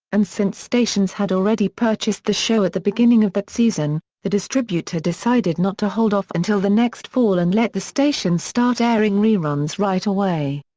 and since stations had already purchased the show at the beginning of that season, the distributor decided not to hold off until the next fall and let the stations start airing reruns right away.